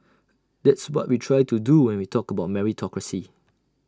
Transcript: that's what we try to do when we talked about meritocracy